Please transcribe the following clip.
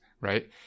right